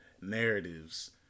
narratives